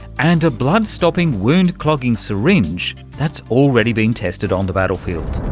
and a blood-stopping, wound-clogging syringe that's already been tested on the battlefield.